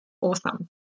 awesome